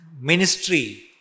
ministry